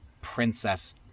princess